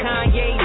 Kanye